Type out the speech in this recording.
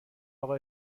اقا